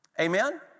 Amen